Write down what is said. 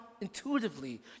intuitively